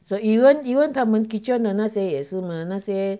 so even even 他们 kitchen 的那些也是吗那些